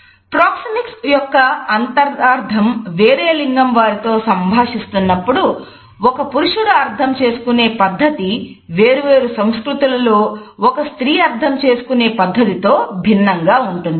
proxemics యొక్క అంతరార్ధం వేరే లింగం వారితో సంభాషిస్తున్నప్పుడు ఒక పురుషుడు అర్థం చేసుకునే పద్ధతి వేరు వేరు సంస్కృతులలో ఒక స్త్రీ అర్థం చేసుకునే పద్ధతితో భిన్నంగా ఉంటుంది